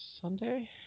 Sunday